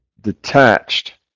detached